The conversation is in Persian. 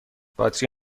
باتری